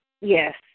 yes